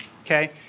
Okay